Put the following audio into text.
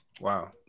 Wow